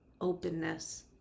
openness